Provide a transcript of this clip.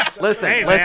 Listen